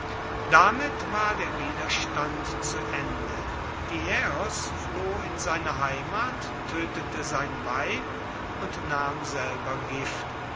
damit war der widerstand zu ende diäos floh in seine heimat tötete sein weib und nahm selber gift